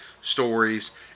stories